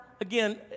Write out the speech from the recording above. Again